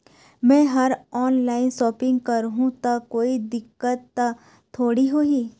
मैं हर online shopping करू ता कोई दिक्कत त थोड़ी होही?